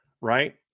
right